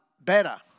better